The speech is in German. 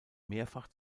mehrfach